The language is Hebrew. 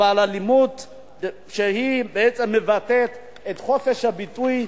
אבל מחאה שהיא בעצם מבטאת את חופש הביטוי,